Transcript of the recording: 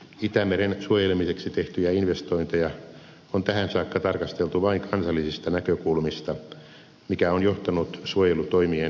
itämeren suojelemiseksi tehtyjä investointeja on tähän saakka tarkasteltu vain kansallisista näkökulmista mikä on johtanut suojelutoimien tehottomuuteen